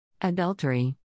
Adultery